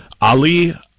Ali